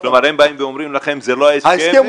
כלומר, הם באים ואומרים לכם שזה לא ההסכם.